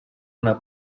una